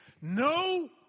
No